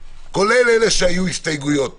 כולל אלה שהיו בהם הסתייגויות